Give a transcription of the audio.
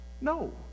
No